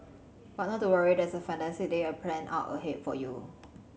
but not to worry there's a fantastic day a planned out ahead for you